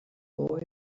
boy